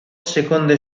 secondo